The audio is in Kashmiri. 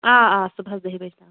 آ آ صُبحَس دہہِ بَجہِ تام